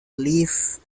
lived